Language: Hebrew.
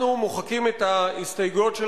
הסתייגות של